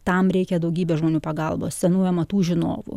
tam reikia daugybės žmonių pagalbos senųjų amatų žinovų